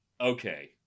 okay